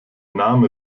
name